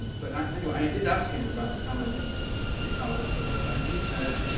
but i mean but i did ask him about how many cicadas there were. and he said,